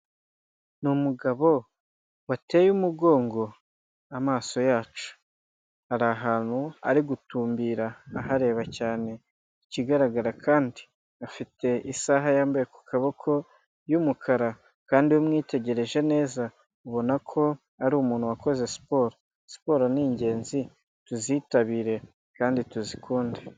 Ni umugabo wateye umugongo amaso yacu, ari ahantu ari gutumbira ahareba cyane ikigaragara kandi afite isaha yambaye ku kaboko y'umukara kandi iyo umwitegereje neza ubona ko ari umuntu wakoze siporo. Siporo ni ingenzi tuzitabire kandi tuzikunde.